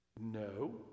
No